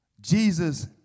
Jesus